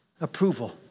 approval